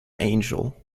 angel